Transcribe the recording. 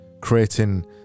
creating